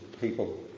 people